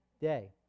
day